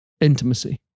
intimacy